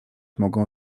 mogą